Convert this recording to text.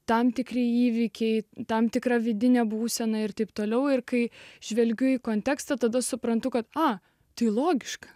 tam tikri įvykiai tam tikra vidinė būsena ir taip toliau ir kai žvelgiu į kontekstą tada suprantu kad a tai logiška